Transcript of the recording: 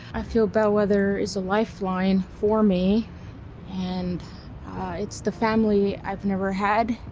i feel bellwether is a lifeline for me and it's the family i've never had.